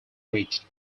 reached